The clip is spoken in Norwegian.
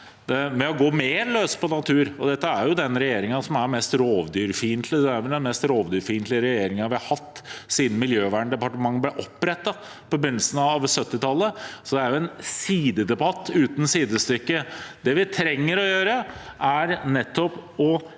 er med på å gå mer løs på natur. Dette er regjeringen som er mest rovdyrfiendtlig; det er vel den mest rovdyrfiendtlige regjeringen vi har hatt siden Miljøverndepartementet ble opprettet på begynnelsen av 1970-tallet. Dette er en sidedebatt uten sidestykke. Det vi trenger å gjøre, er nettopp å